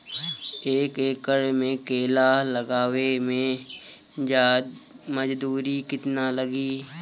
एक एकड़ में केला लगावे में मजदूरी कितना लागी?